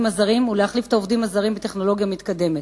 הזרים ולהחליף את העובדים הזרים בטכנולוגיה מתקדמת.